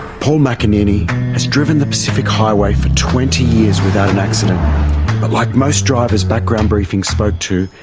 paul mcinerney has driven the pacific highway for twenty years without an accident. but like most drivers background briefing spoke to,